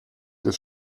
des